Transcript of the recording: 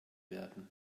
werden